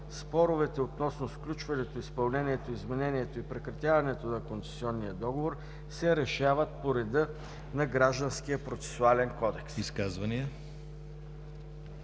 Споровете относно сключването, изпълнението, изменението и прекратяването на концесионен договор се решават по реда на Гражданския процесуален кодекс.“